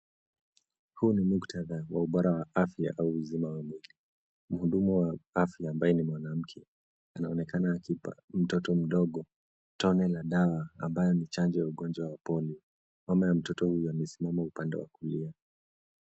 Huu ni muktadha wa ubora wa afya au uzima wa mwili. Mhudumu wa afya ambaye ni mwanamke anaonekana akimpa mtoto mdogo tone la dawa ambayo ni chanjo ya ugonjwa wa Polio. Mama ya mtoto huyo amesimama upande wa kulia.